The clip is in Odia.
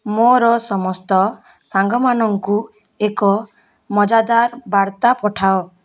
ମୋର ସମସ୍ତ ସାଙ୍ଗମାନଙ୍କୁ ଏକ ମଜାଦାର ବାର୍ତ୍ତା ପଠାଅ